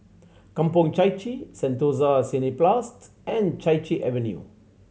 Kampong Chai Chee Sentosa Cineblast and Chai Chee Avenue